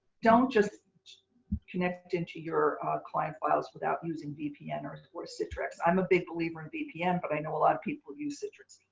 don't just connect into your client files without using vpn or so or citrix. i'm a big believer in vpn, but i know a lot of people use citrix.